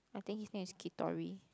I think his name is Kitori